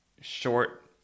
short